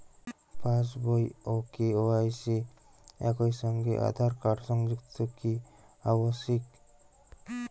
পাশ বই ও কে.ওয়াই.সি একই সঙ্গে আঁধার কার্ড সংযুক্ত কি আবশিক?